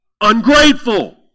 ungrateful